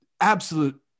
absolute